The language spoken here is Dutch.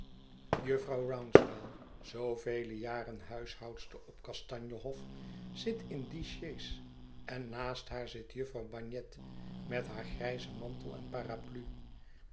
jufvrouw rouncewell zoovele jaren huishoudster op kastanje hof zit in die sjees en naast haar zit jufvrouw bagnet met haar grijzen mantel en paraplu